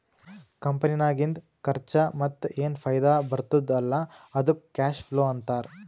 ಕಂಪನಿನಾಗಿಂದ್ ಖರ್ಚಾ ಮತ್ತ ಏನ್ ಫೈದಾ ಬರ್ತುದ್ ಅಲ್ಲಾ ಅದ್ದುಕ್ ಕ್ಯಾಶ್ ಫ್ಲೋ ಅಂತಾರ್